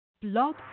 Blog